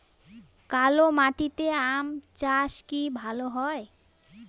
কালো মাটিতে আম চাষ কি ভালো হয়?